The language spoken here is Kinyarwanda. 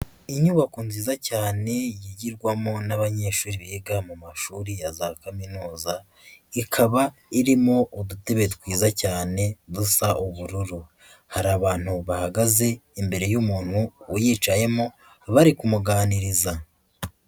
Inyubako nziza cyane yigirwamo n'abanyeshuri biga mu mashuri ya za kaminuza, ikaba irimo udutebe twiza cyane dusa ubururu. Hari abantu bahagaze imbere y'umuntu uyicayemo bari kumuganiriza.